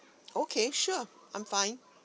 okay sure I'm fine